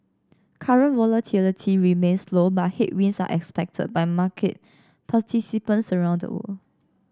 current volatility remains low but headwinds are expected by market participants around the world